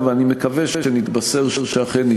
ואני מקווה שנתבשר שאכן,